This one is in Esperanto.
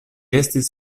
estis